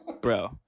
bro